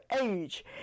age